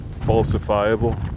falsifiable